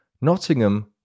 Nottingham